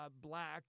black